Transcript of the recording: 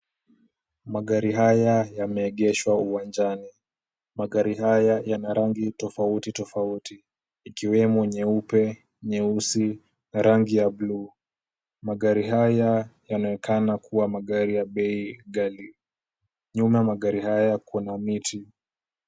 Magari haya yameegeshwa uwanjani. Magari haya yana rangi tofauti tofauti ikiwemo nyeupe, nyeusi na rangi ya blue . Magari haya yanaonekana kuwa magari ya bei ghali. Nyuma ya magari haya kuna miti.